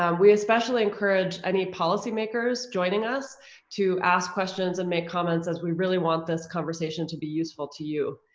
um we especially encourage any policy makers joining us to ask questions and make comments as we really want this conversation to be useful to you.